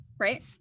right